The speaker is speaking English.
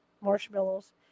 marshmallows